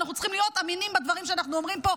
אנחנו צריכים להיות אמינים בדברים שאנחנו אומרים פה,